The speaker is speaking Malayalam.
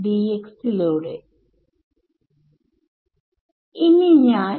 സ്പേസിലെ ഏറ്റവും ലളിതമായ പോയിന്റ് i